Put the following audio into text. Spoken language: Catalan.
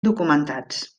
documentats